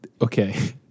Okay